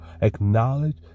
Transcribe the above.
Acknowledge